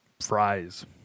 Fries